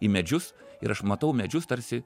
į medžius ir aš matau medžius tarsi